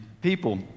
people